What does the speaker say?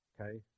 Okay